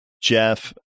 Jeff